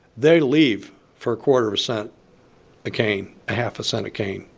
they leave for a quarter of a cent a cane a half a cent a cane.